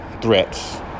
threats